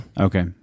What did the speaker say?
Okay